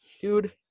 Dude